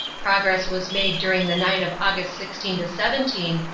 progress was made during the night of aug. sixteen seventeen,